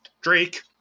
Drake